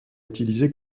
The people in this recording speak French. utilisé